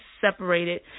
separated